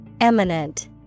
Eminent